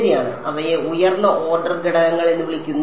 ശരിയാണ് അവയെ ഉയർന്ന ഓർഡർ ഘടകങ്ങൾ എന്ന് വിളിക്കുന്നു